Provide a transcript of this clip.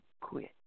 quit